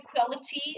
equality